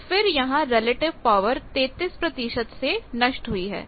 तो फिर यहां रिलेटिव पावर 33 से नष्ट हुई है